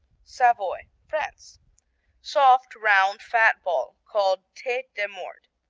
savoy, france soft, round, fat ball called tete de mort,